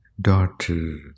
Daughter